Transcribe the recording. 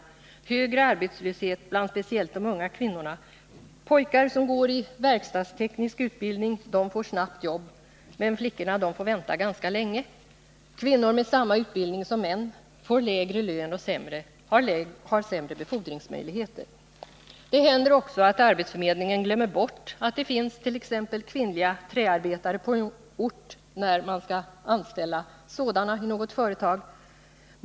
Det är högre arbetslöshet bland speciellt de unga kvinnorna. Pojkar som går verkstadstek nisk utbildning får snabbt jobb, medan flickorna får vänta ganska länge. Nr 52 Kvinnor med samma utbildning som män får lägre lön och har sämre Torsdagen den befordringsmöjligheter. 13 december 1979 Det händer också att arbetsförmedlingen glömmer bort att det finns t.ex. kvinnliga träarbetare på en ort när man skall anställa sådana arbetare i något — Jämställdhet mel företag.